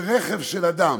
שרכב שאדם